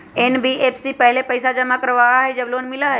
NBFC पहले पईसा जमा करवहई जब लोन मिलहई?